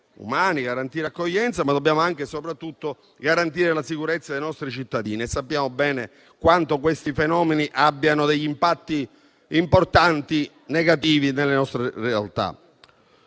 umani e garantire accoglienza, ma, dall'altro, dobbiamo anche e soprattutto garantire la sicurezza dei nostri cittadini, e sappiamo bene quanto questi fenomeni abbiano degli impatti negativi importanti nelle nostre realtà.